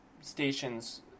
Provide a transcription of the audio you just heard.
stations